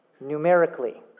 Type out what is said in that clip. numerically